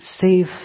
safe